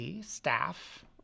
staff